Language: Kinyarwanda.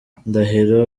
ndahiro